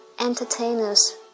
entertainers